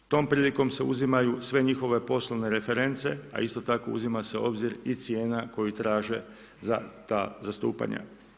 Tom prilikom se uzimaju sve njihove poslovne reference, a isto tako uzima se u obzir i cijena koju traže za ta zastupanja.